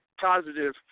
positive